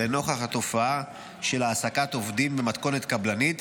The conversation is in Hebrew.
לנוכח התופעה של העסקת עובדים במתכונת קבלנית,